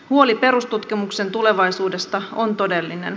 huoli perustutkimuksen tulevaisuudesta on todellinen